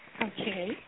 Okay